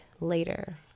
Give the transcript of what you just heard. later